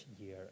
year